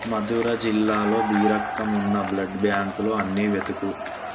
మధుర జిల్లాలో బీ రక్తం ఉన్న బ్లడ్ బ్యాంక్లు అన్నీ వెతుకు